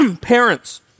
Parents